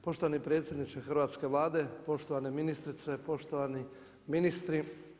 Poštovani predsjedniče hrvatske Vlade, poštovane ministrice, poštovani ministri.